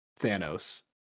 Thanos